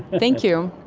thank you.